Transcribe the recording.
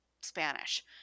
Spanish